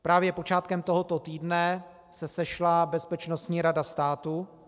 Právě počátkem tohoto týdne se sešla Bezpečnostní rada státu.